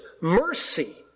mercy